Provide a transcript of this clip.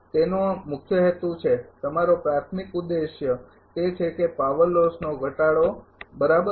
તે તેનો મુખ્ય હેતુ છે તમારો પ્રાથમિક ઉદ્દેશ તે છે કે પાવર લોસનો ઘટાડવો બરાબર